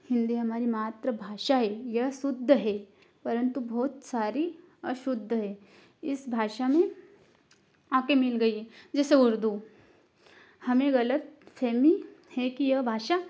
हिंदी हमारी मातृभाषा है यह शुद्ध है परंतु बहुत सारी अशुद्ध है इस भाषा में आ के मिल गई है जैसे उर्दू हमें गलतफहमी है कि यह भाषा